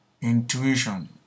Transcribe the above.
intuition